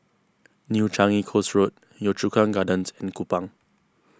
New Changi Coast Road Yio Chu Kang Gardens and Kupang